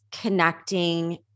connecting